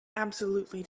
absolutely